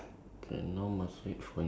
ya nothing that's it